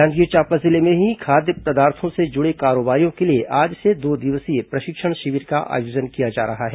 जांजगीर चांपा जिले में खाद्य पदार्थों से जुड़े कारोबारियों के लिए आज से दो दिवसीय प्रशिक्षण शिविर का आयोजन किया जा रहा है